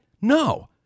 No